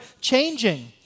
changing